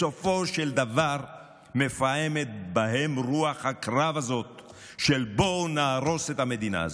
בסופו של דבר מפעמת בהם רוח הקרב הזאת של "בואו נהרוס את המדינה הזאת".